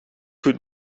goed